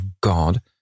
God